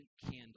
candle